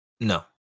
no